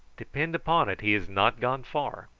depend upon it he has not gone far.